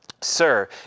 sir